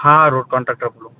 હા હા road contractor બોલું